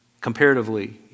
comparatively